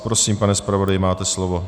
Prosím, pane zpravodaji, máte slovo.